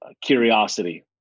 curiosity